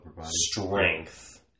strength